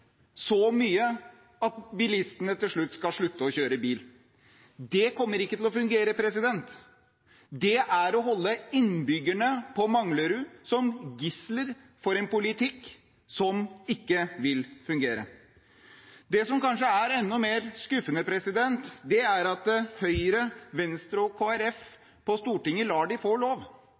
så mye at bilistene til slutt skal slutte å kjøre bil. Det kommer ikke til å fungere. Det er å holde innbyggerne på Manglerud som gisler for en politikk som ikke vil fungere. Det som kanskje er enda mer skuffende, er at Høyre, Venstre og Kristelig Folkeparti på Stortinget lar dem få lov.